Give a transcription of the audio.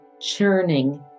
churning